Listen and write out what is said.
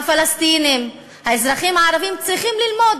הפלסטינים, האזרחים הערבים, צריכים ללמוד,